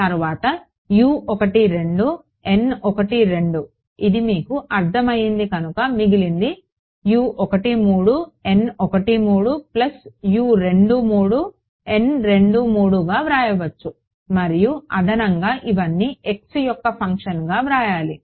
తరువాత ఇది మీకు అర్ధం అయ్యింది కనుక మిగిలింది గా వ్రాయవచ్చు మరియు అదనంగా ఇవన్నీ x యొక్క ఫంక్షన్గా వ్రాయాలి